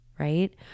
Right